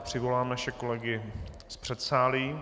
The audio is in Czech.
Přivolám naše kolegy z předsálí.